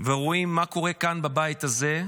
ורואים מה קורה כאן, בבית הזה,